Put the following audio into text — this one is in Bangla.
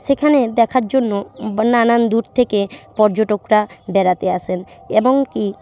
সেখানে দেখার জন্য নানান দূর থেকে পর্যটকরা বেড়াতে আসেন এবং কি